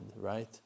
right